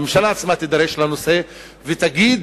שהממשלה עצמה תידרש לנושא ותגיד